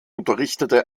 unterrichtete